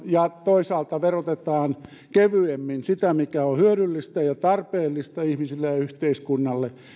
ja toisaalta verotetaan kevyemmin sitä mikä on hyödyllistä ja tarpeellista ihmisille ja yhteiskunnalle